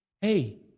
Hey